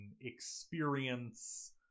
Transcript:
experience